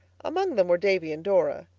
among them were davy and dora.